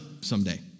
someday